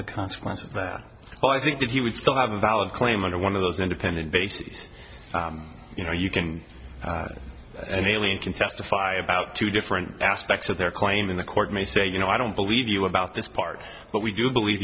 the consequences i think that he would still have a valid claim under one of those independent baby he's you know you can get an alien can testify about two different aspects of their claim in the court may say you know i don't believe you about this part but we do believe